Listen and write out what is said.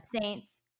Saints